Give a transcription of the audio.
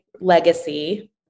legacy